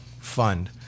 fund